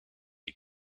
die